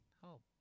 help